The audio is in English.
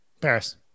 Paris